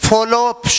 Follow-up